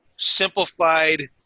simplified